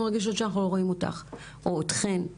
מרגישות שאנחנו לא רואים אותך או אתכן.